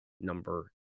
number